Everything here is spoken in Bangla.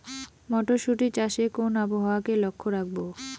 মটরশুটি চাষে কোন আবহাওয়াকে লক্ষ্য রাখবো?